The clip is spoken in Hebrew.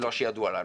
לא שידוע לנו.